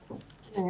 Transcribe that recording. השידור.